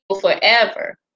forever